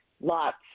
lots